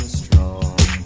strong